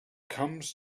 comes